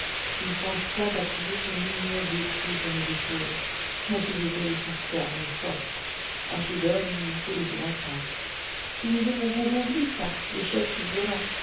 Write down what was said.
il tenta d'appuyer son ignoble pied sur mes épaules mais ces épaules sont fermes et fortes un pied d'homme n'y peut laisser d'empreinte celui de mon bourreau glissa le choc fut violent